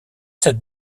cette